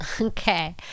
okay